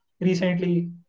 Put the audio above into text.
recently